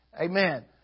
Amen